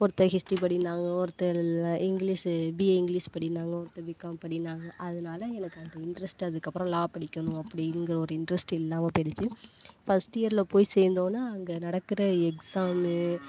ஒருத்தர் ஹிஸ்ட்ரி படின்னாங்க ஒருத்தர் இங்கிலிஷ் பிஏ இங்கிலிஷ் படின்னாங்க ஒருத்தர் பிகாம் படின்னாங்க அதனால எனக்கு அந்த இன்ட்ரெஸ்ட்டு அதுக்கப்புறோம் லா படிக்கணும் அப்படிங்குற ஒரு இன்ட்ரெஸ்ட்டு இல்லாம போயிடுச்சு ஃபர்ஸ்ட் இயர்ல போய் சேர்ந்தோன்ன அங்கே நடக்கிற எக்ஸாமு